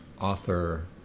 author